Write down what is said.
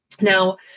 Now